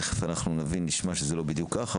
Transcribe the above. תכף אני נבין ונשמע שזה לא בדיוק כך,